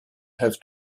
have